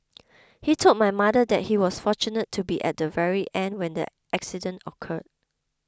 he told my mother that he was fortunate to be at the very end when the accident occurred